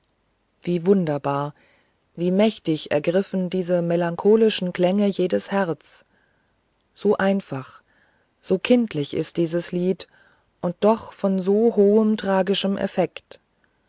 wie wunderbar wie mächtig ergriffen diese melancholischen klänge jedes herz so einfach so kindlich ist dieses lied und doch von so hohem tragischem